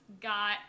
got